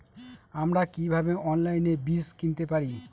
আমরা কীভাবে অনলাইনে বীজ কিনতে পারি?